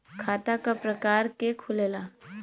खाता क प्रकार के खुलेला?